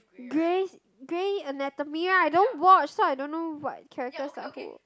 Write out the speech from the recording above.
Grey's Grey's Anatomy right I don't watch so I don't know what characters are who